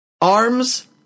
Arms